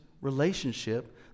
relationship